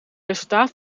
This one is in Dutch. resultaat